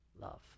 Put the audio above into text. love